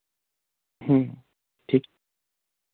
ठीक